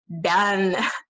done